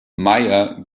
meyer